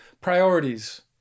priorities